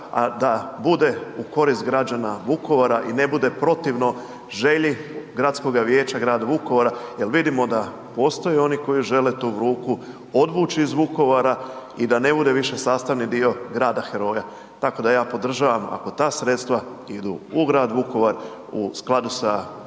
a da bude u korist građana Vukovara i ne bude protivno želji Gradskoga vijeća grada Vukovara jer vidimo da postoje oni koji žele tu luku odvući iz Vukovara i da ne bude više sastavni dio grada heroja. Tako da ja podržavam, ako ta sredstva idu u grad Vukovar, u skladu sa namjenama